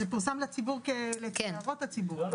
אז זה פורסם לציבור כדי להראות לציבור.